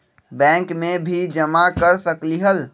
Bank में भी जमा कर सकलीहल?